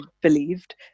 believed